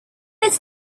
its